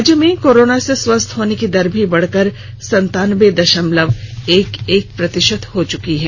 राज्य में कोरोना से स्वस्थ होने की दर भी बढ़कर संतान्बे दशमलव एक एक प्रतिशत हो चुकी है